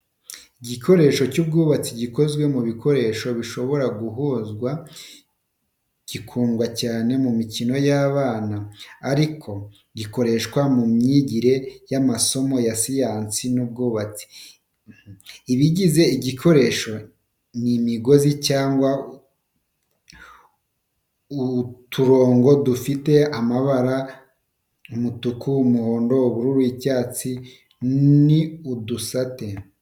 Igikinisho cy’ubwubatsi gikozwe mu bikoresho bishobora guhuzwa, gikundwa cyane mu mikino y’abana, ariko gikoreshwa no mu myigire y’amasomo ya siyansi n’ubwubatsi. Ibigize igikinisho ni imigozi cyangwa uturongo dufite amabara umutuku, umuhondo, ubururu, icyatsi. Ni udusate.